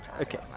Okay